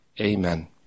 Amen